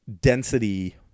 density